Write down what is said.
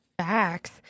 facts